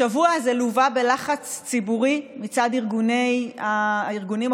השבוע הזה לֻווה בלחץ ציבורי מצד הארגונים החוץ-פרלמנטריים,